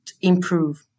improve